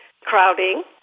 crowding